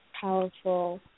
powerful